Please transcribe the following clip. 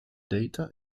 data